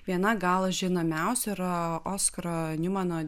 viena gal žinomiausių yra oskaro njumano